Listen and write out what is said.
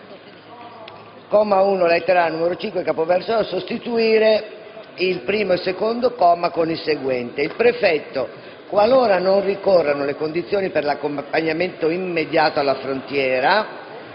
sostituire il primo ed il secondo periodo con il seguente: